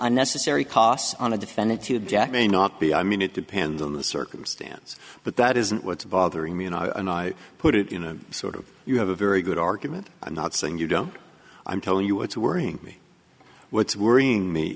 unnecessary costs on a defendant to jack may not be i mean it depends on the circumstance but that isn't what's bothering me and i know i put it in a sort of you have a very good argument i'm not saying you don't i'm telling you what's worrying me what's worrying me